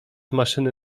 maszyny